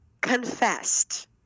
confessed